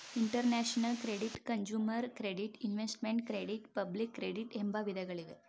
international credit, consumer credit, investment credit public credit ಎಂಬ ವಿಧಗಳಿವೆ